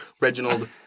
Reginald